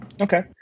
Okay